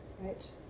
Right